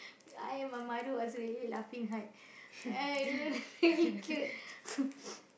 I and my mother was really laughing hard I very cute